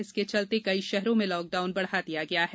इसके चलते कई शहरों में लॉक डाउन बढ़ा दिया गया है